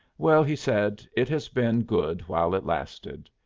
well, he said it has been good while it lasted.